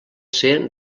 ser